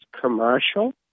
commercial